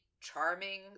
charming